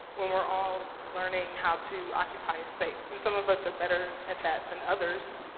when we're all learning how to occupy a space. and some of us are better at that than others